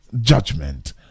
judgment